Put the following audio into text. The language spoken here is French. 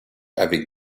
avec